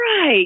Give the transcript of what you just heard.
Right